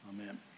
Amen